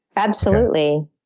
absolutely.